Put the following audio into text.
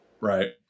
Right